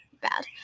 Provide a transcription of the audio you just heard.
bad